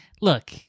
look-